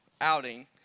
outing